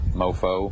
mofo